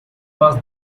was